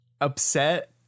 upset